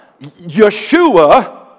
Yeshua